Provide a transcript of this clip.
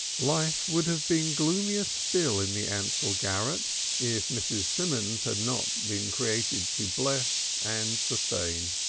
life would have been gloomier still in the ansell garret if mrs. simons had not been created to bless and sustain.